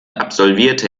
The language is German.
absolvierte